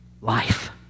life